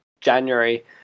January